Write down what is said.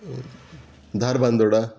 Dharbandora